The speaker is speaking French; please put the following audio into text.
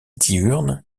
diurne